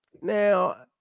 now